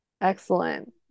excellent